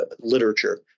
literature